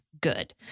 good